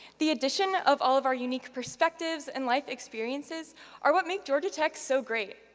the addition of all of our unique perspectives and life experiences are what make georgia tech so great.